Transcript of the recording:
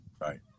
Right